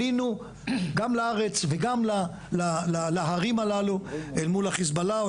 עלינו גם לארץ וגם להרים הללו אל מול החיזבאללה או